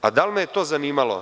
Da li me je to zanimalo?